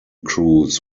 crews